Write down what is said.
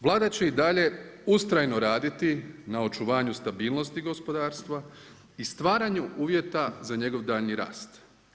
Vlada će i dalje ustrajno raditi na očuvanju stabilnosti gospodarstva i stvaranju uvjeta za njegov daljnji rast.